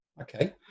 Okay